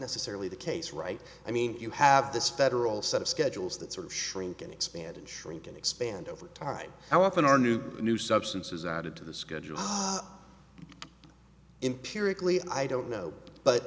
necessarily the case right i mean you have this federal set of schedules that sort of shrink in expanding shrink and expand over time how often are new new substances added to the schedule imperiously i don't know but